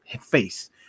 face